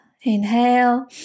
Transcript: inhale